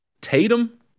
Tatum